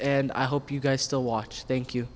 and i hope you guys still watch thank you